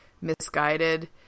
misguided